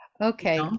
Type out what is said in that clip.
Okay